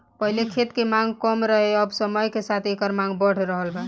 पहिले खेत के मांग कम रहे अब समय के साथे एकर मांग बढ़ रहल बा